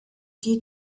die